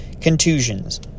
Contusions